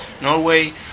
Norway